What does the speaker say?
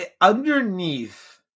underneath